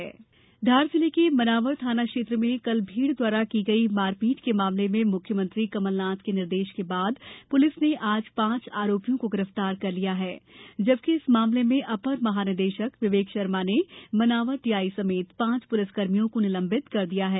धार कार्यवाही धार जिले के मनावर थाना क्षेत्र में कल भीड़ द्वारा की गई मारपीट के मामले में मुख्यमंत्री कमनलाथ के निर्देश के बाद पुलिस ने आज पांच आरोपिओं को गिरफ्तार कर लिया है जबकि इस मामले में अपर महा निदेशक विवेक शर्मा ने मनावर टीआई समेत पांच पुलिसकर्मियों को निलंबित कर दिया है